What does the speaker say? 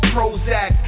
Prozac